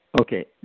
Okay